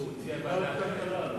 הוא הציע לוועדת הכלכלה.